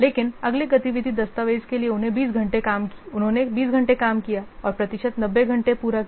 लेकिन अगले गतिविधि दस्तावेज के लिए उन्होंने 20 घंटे काम किया और प्रतिशत 90 घंटे पूरा किया